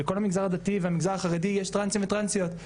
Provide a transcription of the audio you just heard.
בכל המגזר הדתי והמגזר החרדי ישנם טרנסים וטרנסיות.